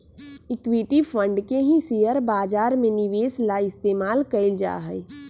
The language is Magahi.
इक्विटी फंड के ही शेयर बाजार में निवेश ला इस्तेमाल कइल जाहई